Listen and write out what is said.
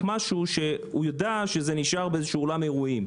משהו שהוא ידע שנשאר באיזה אולם אירועים.